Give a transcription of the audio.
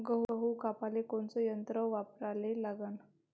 गहू कापाले कोनचं यंत्र वापराले लागन?